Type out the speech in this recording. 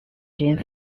jin